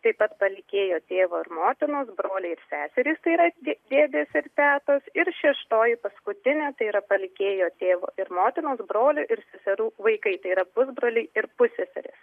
taip pat palikėjo tėvo ir motinos broliai ir seserys tai yra dė dėdės ir tetos ir šeštoji paskutinė tai yra palikėjo tėvo ir motinos brolių ir seserų vaikai tai yra pusbroliai ir pusseserės